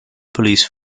police